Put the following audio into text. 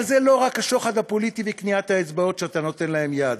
אבל זה לא רק השוחד הפוליטי וקניית האצבעות שאתה נותן להם יד.